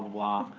blah,